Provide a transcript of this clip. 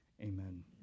Amen